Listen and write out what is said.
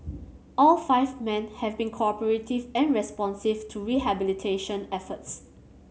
all five men have been cooperative and responsive to rehabilitation efforts